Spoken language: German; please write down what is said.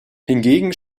hingegen